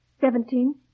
Seventeen